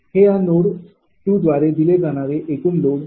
हे या नोड 2 द्वारे दिले जाणारे एकूण लोड 𝑃𝑗𝑄 आहे